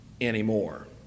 anymore